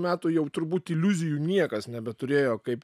metų jau turbūt iliuzijų niekas nebeturėjo kaip